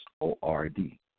O-R-D